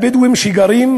הבדואים שגרים,